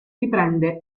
riprende